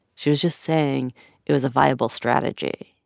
she was just saying it was a viable strategy